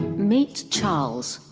meet charles,